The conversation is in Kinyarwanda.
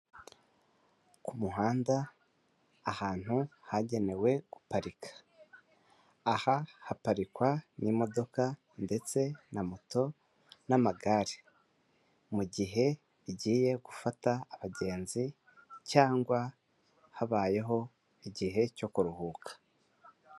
Ku muhanda ahantu hagenewe guparika aha haparikwa n'imodoka ndetse na moto n'amagare mu gihe igiye gufata abagenzi cyangwa habayeho igihe cyo kuruhuka.